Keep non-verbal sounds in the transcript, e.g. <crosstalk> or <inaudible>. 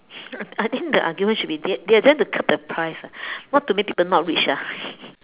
I I think the argument should be they they are there to curb the price ah what to make people not rich ah <laughs>